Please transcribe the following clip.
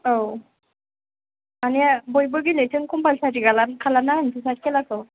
औ माने बयबो गेलेथों कम्पालस'रि खालामना होनोसै खेलाखौ